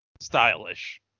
stylish